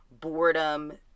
boredom